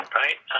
right